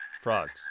frogs